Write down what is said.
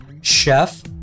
chef